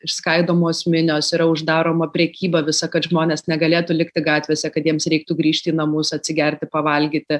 išskaidomos minios yra uždaroma prekyba visa kad žmonės negalėtų likti gatvėse kad jiems reiktų grįžti į namus atsigerti pavalgyti